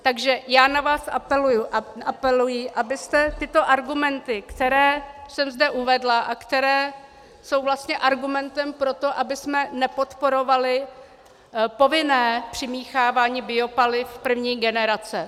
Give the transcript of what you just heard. Takže já na vás apeluji, abyste tyto argumenty, které jsem zde uvedla a které jsou vlastně argumentem pro to, abychom nepodporovali povinné přimíchávání biopaliv první generace.